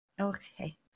Okay